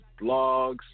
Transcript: blogs